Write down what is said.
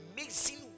amazing